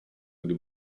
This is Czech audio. kdy